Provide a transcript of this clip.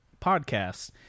Podcasts